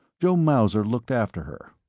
joe mauser looked after her.